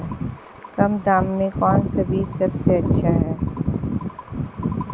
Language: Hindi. कम दाम में कौन सा बीज सबसे अच्छा है?